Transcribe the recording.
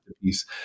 piece